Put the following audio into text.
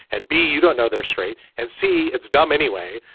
and b you don't know they're straight and c it's dumb anyway.